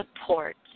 support